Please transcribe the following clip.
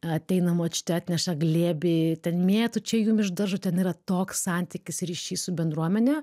ateina močiutė atneša glėbį ten mėtų čia jum iš daržo ten yra toks santykis ryšys su bendruomene